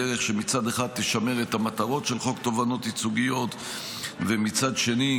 בדרך שמצד אחד תשמר את המטרות של חוק תובענות ייצוגיות ומצד שני